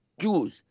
Jews